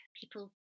people